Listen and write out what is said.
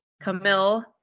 Camille